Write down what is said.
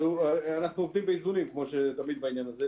אנחנו עובדים באיזונים, כמו תמיד בעניין הזה.